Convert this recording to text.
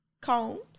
combs